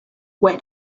where